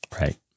Right